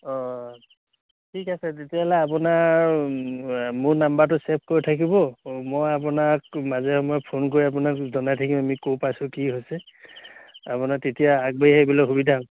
অঁ ঠিক আছে তেতিয়াহ'লে আপোনাৰ মোৰ নাম্বাৰটো ছেভ কৰি থাকিব মই আপোনাক মাজে সময়ে ফোন কৰি আপোনাক জনাই থাকিম আমি ক'ৰ পাইছোঁ কি হৈছে আপোনাৰ তেতিয়া আগবাঢ়ি আহিবলৈ সুবিধা হ'ব